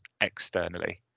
externally